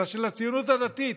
אלא של הציונות הדתית,